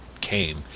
came